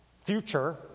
future